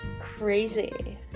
Crazy